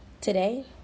today